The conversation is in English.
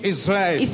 Israel